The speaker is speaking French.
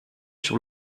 sur